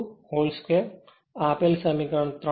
આ તે આપેલ સમીકરણ 3 છે